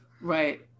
Right